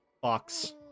box